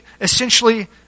essentially